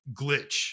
glitch